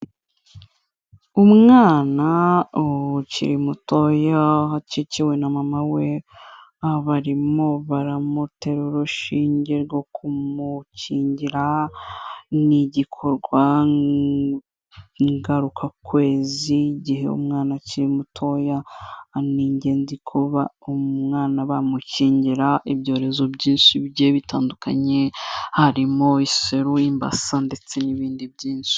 Umwana ukiri mutoya ukikiwe na mama we bario baramutera urushinge rwo kumukingira, ni igikorwa ngarukakwezi igihe umwana akiri mutoya, ni ingenzi kuba umwana bamukingira ibyorezo byinshi bigiye bitandukanye, harimo iseru, imbasa ndetse n'ibindi byinshi.